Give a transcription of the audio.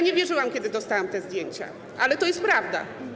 Nie wierzyłam, kiedy dostałam te zdjęcia, ale to jest prawda.